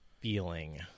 feeling—